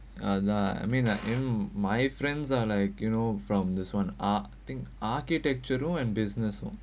nah I mean like you know my friends are like know from this [one] ah think architectural and business lor